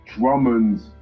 Drummond's